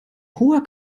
hoher